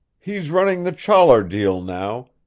he's running the chollar deal now,